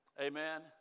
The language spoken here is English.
amen